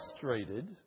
frustrated